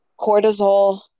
cortisol